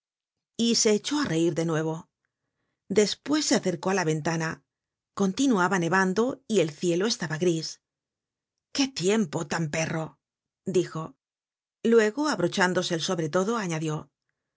y se echó á reir de nuevo despues se acercó á la ventana continuaba nevando y el cielo estaba gris qué tiempo tan perro dijo luego abrochándose el sobretodo añadió